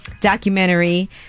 documentary